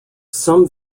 some